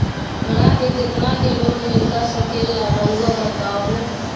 हमरा के कितना के लोन मिलता सके ला रायुआ बताहो?